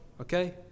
Okay